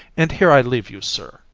and here i leave you, sir.